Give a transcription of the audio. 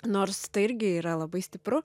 nors tai irgi yra labai stipru